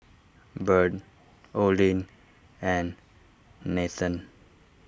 Bird Olin and Nathen